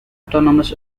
autonomous